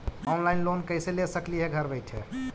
Online loan कैसे ले सकली हे घर बैठे?